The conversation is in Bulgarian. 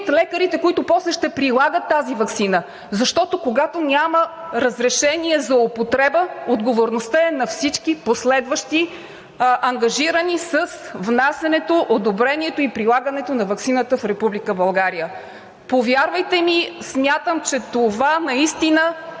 лекарите, които после ще прилагат тази ваксина, защото, когато няма разрешение за употреба, отговорността е на всички, ангажирани с внасянето, одобрението и прилагането на ваксината в Република България. Повярвайте ми, смятам, че това наистина